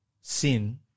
sin